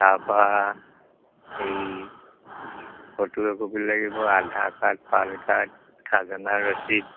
তাপা হেৰি ফটো একপি লাগিব আধাৰ কাৰ্ড পান কাৰ্ড খাজানা ৰচিদ